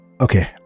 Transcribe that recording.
Okay